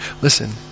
listen